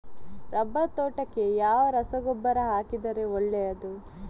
Rubber ತೋಟಕ್ಕೆ ಯಾವ ರಸಗೊಬ್ಬರ ಹಾಕಿದರೆ ಒಳ್ಳೆಯದು?